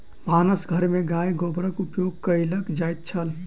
भानस घर में गाय गोबरक उपयोग कएल जाइत छल